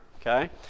okay